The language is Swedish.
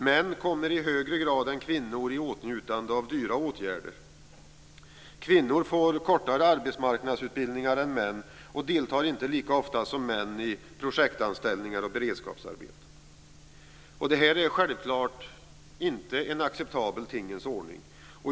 Män kommer i högre grad än kvinnor i åtnjutande av dyra åtgärder. Kvinnor får kortare arbetsmarknadsutbildningar än män och deltar inte lika ofta som män i projektanställningar och beredskapsarbeten. Detta är självklart inte en acceptabel tingens ordning.